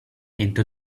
into